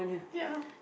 ya